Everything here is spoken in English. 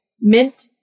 Mint